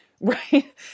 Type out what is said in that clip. right